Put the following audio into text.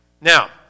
Now